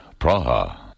Praha